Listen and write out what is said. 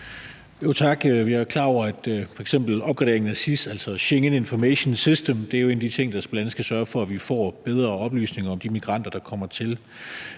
Tak. Jeg er jo klar over, at f.eks. opgraderingen af SIS, altså Schengen Information System, er en af de ting, der bl.a. skal sørge for, at vi får bedre oplysninger om de migranter, der kommer hertil.